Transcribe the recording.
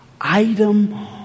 item